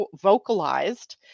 vocalized